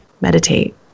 meditate